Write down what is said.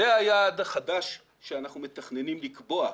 זה היעד החדש שאנחנו מתכננים לקבוע.